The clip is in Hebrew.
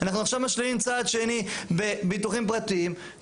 אנחנו עכשיו משלימים צעד שני בביטוחים פרטיים.